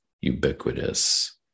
ubiquitous